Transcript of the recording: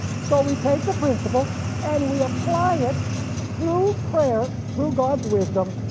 so we take the principle and we apply it through prayer, through god's wisdom,